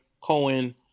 Cohen